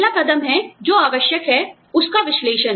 पहला कदम है जो आवश्यक है उसका विश्लेषण